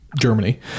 Germany